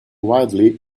wildly